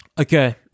okay